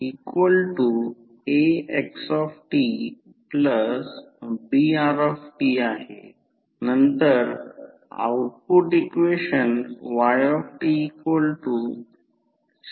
तर याचा अर्थ म्हणून ट्रान्सफॉर्मर हे एक उपकरण आहे जे म्युच्युअल इंडक्टन्स म्युच्युअल इंडक्शनचा वापर करून अल्टरनेटिंग व्होल्टेज आणि करंटची मूल्ये बदलते